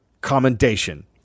commendation